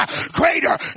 greater